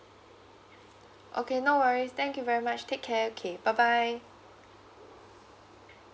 okay no worries thank you very much take care okay bye bye